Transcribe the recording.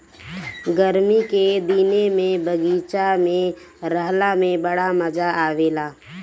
गरमी के दिने में बगीचा में रहला में बड़ा मजा आवेला